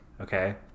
okay